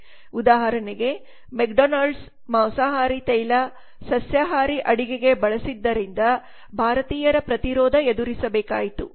ಉದಾಹರಣೆಗೆ ಮೆಕ್ಡೊನಾಲ್ಡ್ಸ್ ಮಾಂಸಾಹಾರಿ ತೈಲ ಸಸ್ಯಾಹಾರಿ ಅಡಿಗೆಗೆ ಬಳಸಿದ್ದರಿಂದ ಭಾರತೀಯರ ಪ್ರತಿರೋಧ ಎದುರಿಸಬೇಕಾಯಿತು